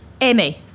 Amy